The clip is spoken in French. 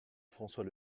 françois